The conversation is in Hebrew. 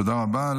תודה רבה.